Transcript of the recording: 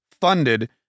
funded